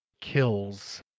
kills